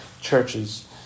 churches